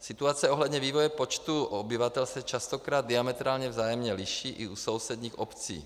Situace ohledně vývoje počtu obyvatel se častokrát diametrálně vzájemně liší i u sousedních obcí.